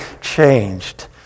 changed